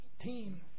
team